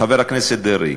חבר הכנסת דרעי,